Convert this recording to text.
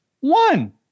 One